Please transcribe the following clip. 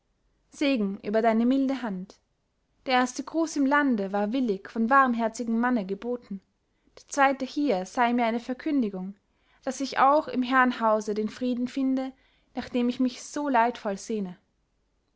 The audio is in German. segen über deine milde hand der erste gruß im lande war willig von warmherzigem manne geboten der zweite hier sei mir eine verkündigung daß ich auch im herrenhause den frieden finde nach dem ich mich so leidvoll sehne